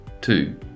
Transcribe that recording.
Two